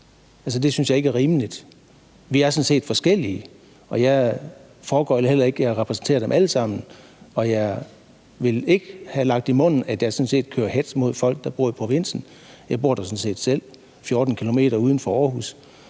Det synes jeg ikke er rimeligt. Vi er sådan set forskellige. Jeg foregøgler heller ikke nogen, at jeg repræsenterer dem alle sammen, og jeg vil ikke have lagt i munden, at jeg kører hetz mod folk, der bor i provinsen. Jeg bor der sådan set selv – 14 km uden for Aarhus.